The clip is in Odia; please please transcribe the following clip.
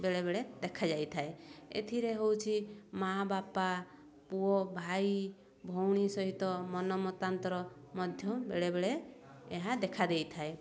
ବେଳେବେଳେ ଦେଖାଯାଇଥାଏ ଏଥିରେ ହେଉଛି ମାଆ ବାପା ପୁଅ ଭାଇ ଭଉଣୀ ସହିତ ମତମତାନ୍ତର ମଧ୍ୟ ବେଳେବେଳେ ଏହା ଦେଖା ଦେଇଥାଏ